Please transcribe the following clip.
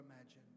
imagine